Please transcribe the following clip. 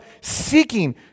seeking